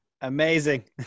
Amazing